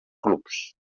clubs